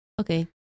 okay